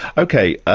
okay.